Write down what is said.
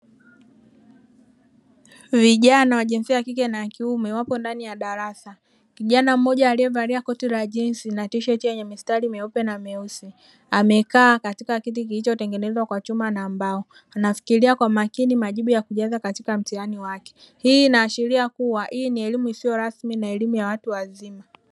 Vijana wa jinsia ya kike na ya kiume wapo ndani ya darasa. Kijana mmoja aliye valia koti la jinsi na tisheti yenye mistari meupe na meusi amekaa katika kiti kilicho tengenezwa kwa chuma na mbao, anafikilia kwa makini majibu ya kujaza katika mtihani wake. Hii inaashiria kuwa hii ni elimu isiyo rasmi na elimu ya watu wazima.